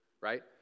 right